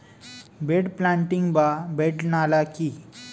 Bed planting বা bed নালা কি?